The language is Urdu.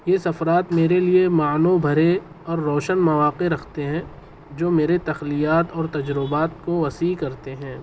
یہ سفرات میرے لیے معنوں بھرے اور روشن مواقع رکھتے ہیں جو میرے تخلیات اور تجربات کو وسیع کرتے ہیں